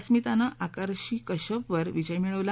अस्मितानं आकार्शी कश्यपवर विजय मिळवला